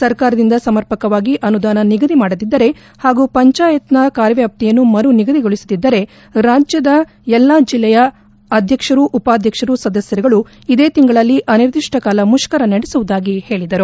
ಸರ್ಕಾರದಿಂದ ಸಮರ್ಪಕವಾಗಿ ಅನುದಾನ ನಿಗದಿಮಾಡದಿದ್ದರೆ ಪಾಗೂ ಪಂಚಾಯತ್ನ ಕಾರ್ಯವಾಪ್ತಿಯನ್ನು ಮರು ನಿಗದಿಗೊಳಿಸದಿದ್ದರೆ ರಾಜ್ಯದ ಎಲ್ಲಾ ಜಿಲ್ಲೆಯ ಅಧ್ಯಕ್ಷರು ಉಪಾಧ್ಯಕ್ಷರು ಸದಸ್ಯರುಗಳು ಇದೇ ತಿಂಗಳಲ್ಲಿ ಅನಿರ್ಧಿಷ್ಟ ಕಾಲ ಮುಷ್ತರ ನಡೆಸುವುದಾಗಿ ಹೇಳಿದರು